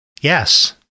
Yes